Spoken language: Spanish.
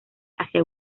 hacia